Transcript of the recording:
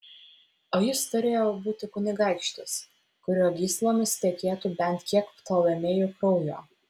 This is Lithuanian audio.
o jis turėjo būti kunigaikštis kurio gyslomis tekėtų bent kiek ptolemėjų kraujo